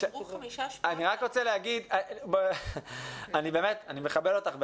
אני מכבד אותך,